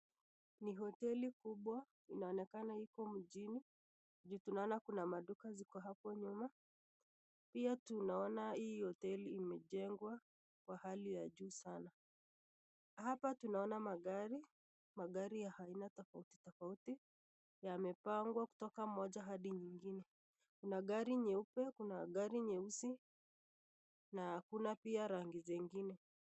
Ni hoteli kubwa inaonekana iko mjini juu tunaona kuna maduka ziko hapo nyuma pia tunaona hii hoteli imejengwa kwa hali ya juu sana. Hapa tunaona magari magari ya aina tofauti tofauti yamepangwa kutoka moja hadi nyingine kuna gari nyeupe, kuna gari nyeusi na kuna pia rangi zingine.